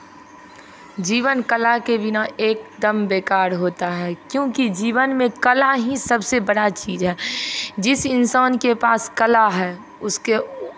जीवन कला के बिना एकदम बेकार होता है क्योंकि जीवन में कला ही सबसे बड़ा चीज़ है जिस इंसान के पास कला है उसके